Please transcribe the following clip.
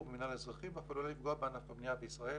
במינהל האזרחי ואף עלולה לפגוע בענף הבנייה בישראל.